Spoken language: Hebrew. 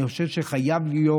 אני חושב שחייב להיות,